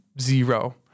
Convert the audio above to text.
zero